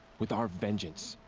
with our vengeance.